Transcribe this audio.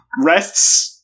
rests